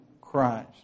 Christ